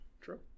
True